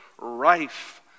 rife